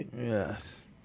Yes